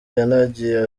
yanagiye